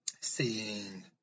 seeing